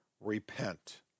repent